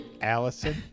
Allison